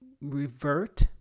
revert